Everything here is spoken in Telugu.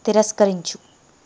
తిరస్కరించు